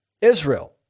Israel